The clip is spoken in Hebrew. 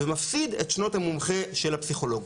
ומפסיד את שנות המומחה של הפסיכולוג.